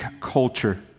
culture